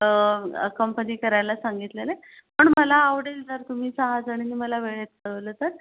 अकंपनी करायला सांगितलेलं आहे पण मला आवडेल जर तुम्ही सहाजणींनी मला वेळेत कळवलं तर